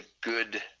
good